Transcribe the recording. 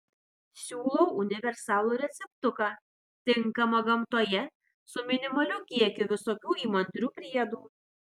siūlau universalų receptuką tinkamą gamtoje su minimaliu kiekiu visokių įmantrių priedų